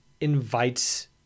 invites